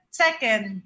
second